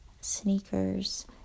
sneakers